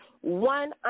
one